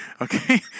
Okay